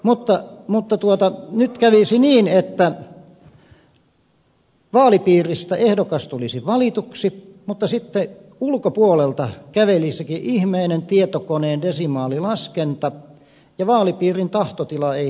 mutta mutta tuota nytkään hyväksyä vaalipiiristä ehdokas tulisi valituksi mutta sitten ulkopuolelta kävelisikin ihmeinen tietokoneen desimaalilaskenta ja vaalipiirin tahtotila ei toteutuisi